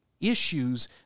issues